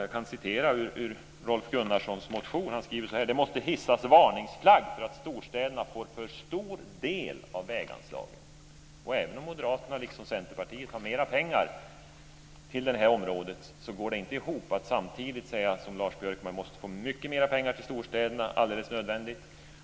Jag kan citera ur Rolf Gunnarssons motion: "Det måste hissas varningsflagg för att storstäderna får för stor del av väganslagen." Även om Moderaterna liksom Centerpartiet har mera pengar till det här området går det inte ihop att säga som Lars Björkman, att vi måste få mycket mer pengar till storstäderna,